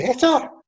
better